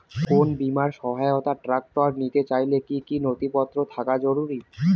কোন বিমার সহায়তায় ট্রাক্টর নিতে চাইলে কী কী নথিপত্র থাকা জরুরি?